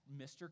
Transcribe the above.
mr